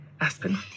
Aspen